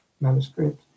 manuscript